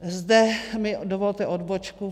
Zde mi dovolte odbočku.